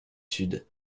sud